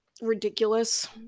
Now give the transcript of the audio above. ridiculous